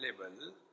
available